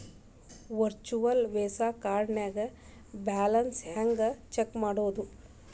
Virtual Visa ಕಾರ್ಡ್ನ್ಯಾಗ balance ಹೆಂಗ check ಮಾಡುದು?